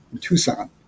tucson